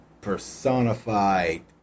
personified